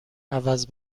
عوض